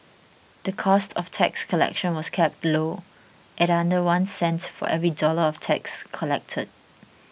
the cost of tax collection was kept low at under one cent for every dollar of tax collected